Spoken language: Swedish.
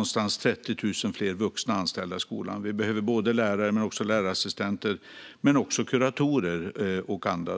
cirka 30 000 fler vuxna anställda i skolan. Det behövs både lärare och lärarassistenter men också kuratorer och andra.